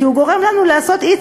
כי הוא גורם לנו לעשות אי-צדק.